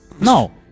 No